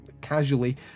casually